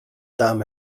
damn